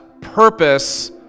purpose